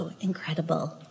incredible